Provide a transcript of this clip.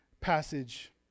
passage